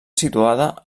situada